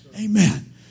Amen